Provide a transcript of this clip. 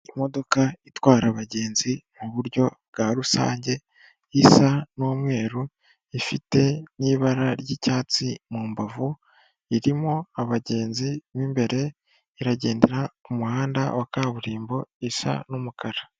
Imodoka itwara abagenzi mu buryo bwa rusange, isa n'umweru, ifite n'ibara ry'icyatsi mu mbavu, irimo abagenzi mo imbere, iragendera ku muhanda wa kaburimbo isa n'umukara.